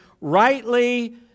Rightly